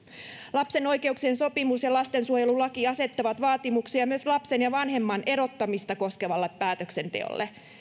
lapsen oikeuksien sopimus ja lastensuojelulaki asettavat vaatimuksia myös lapsen ja vanhemman erottamista koskevalle päätöksenteolle